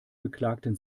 beklagten